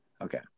okay